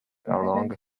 along